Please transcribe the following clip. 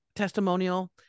testimonial